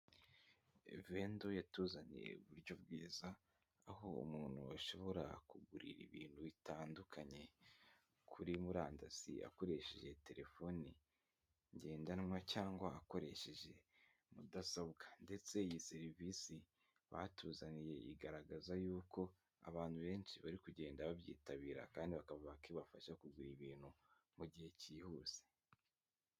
Vendo yatuzaniye buryo bwiza, aho uwo muntu ashobora kugurira ibintu bitandukanye kuri murandasi, akoresheje telefoni ngendanwa cyangwa akoresheje mudasobwa ndetse iyi serivisi batuzaniye igaragaza yuko abantu benshi bari kugenda babyitabira kandi bakavuga ko ibafasha kugura ibintu mu gihe cyihuse.